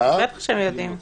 בטח שהם יודעים.